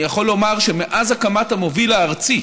אני יכול לומר שמאז הקמת המוביל הארצי